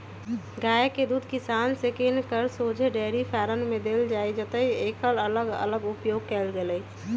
गाइ के दूध किसान से किन कऽ शोझे डेयरी फारम में देल जाइ जतए एकर अलग अलग उपयोग कएल गेल